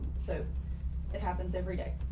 so it happens every day.